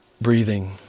breathing